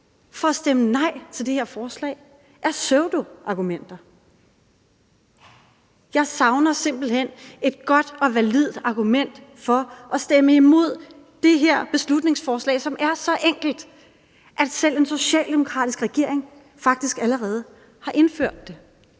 for at stemme nej til det her forslag er pseudoargumenter. Jeg savner simpelt hen et godt og validt argument for at stemme imod det her beslutningsforslag, som er så enkelt, at selv en socialdemokratisk regering faktisk allerede har indført det.